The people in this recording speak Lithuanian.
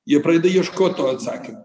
jie pradeda ieškot to atsakymo